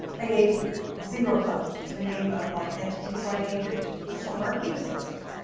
i gave zero thought to the name of my entity. so, i named it michele markey and associates.